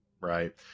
Right